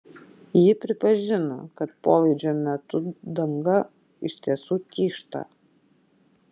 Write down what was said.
ji pripažino kad polaidžio metu danga iš tiesų tyžta